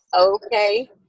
okay